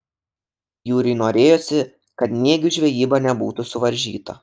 jūriui norėjosi kad nėgių žvejyba nebūtų suvaržyta